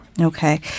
Okay